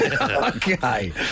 Okay